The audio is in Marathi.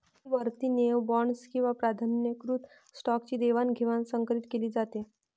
परिवर्तनीय बॉण्ड्स किंवा प्राधान्यकृत स्टॉकची देवाणघेवाण संकरीत केली जाते